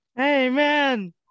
Amen